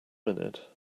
minute